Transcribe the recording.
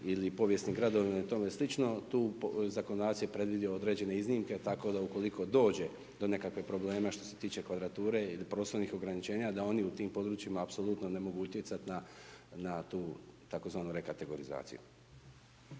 ili povijesnim gradovima i tome slično, tu zakonodavac je predvidio određen iznimke, tako ukoliko dođe do nekakvih probleme što se tiče kvadrature ili prostornih ograničenja, da oni u tim područjima apsolutno ne mogu utjecati na tu tzv. prekategorizaciju.